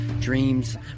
dreams